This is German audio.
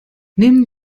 nehmen